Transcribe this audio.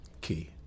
key